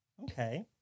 Okay